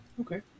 Okay